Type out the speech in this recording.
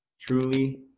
truly